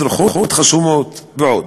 מדרכות חסומות ועוד.